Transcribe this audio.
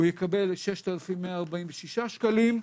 הוא יקבל 6,146 שקלים,